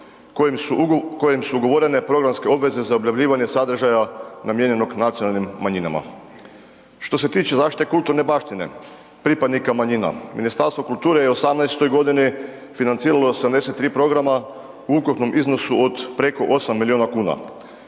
kojim su ugovorene programske obaveze za objavljivanje sadržaja namijenjenog nacionalnim manjinama. Što se tiče zaštite kulturne baštine pripadnika manjina, Ministarstvo kulture je u 2018. g. financiralo 73 programa u ukupnom iznosu od preko 8 milijuna kuna.